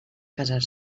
casar